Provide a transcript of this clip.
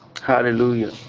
hallelujah